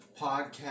podcast